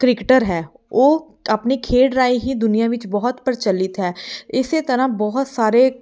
cricketer ਹੈ ਉਹ ਆਪਣੀ ਖੇਡ ਰਾਹੀਂ ਹੀ ਦੁਨੀਆਂ ਵਿੱਚ ਬਹੁਤ ਪ੍ਰਚਲਿਤ ਹੈ ਇਸੇ ਤਰ੍ਹਾਂ ਬਹੁਤ ਸਾਰੇ